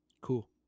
Cool